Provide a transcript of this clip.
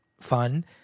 fun